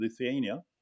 Lithuania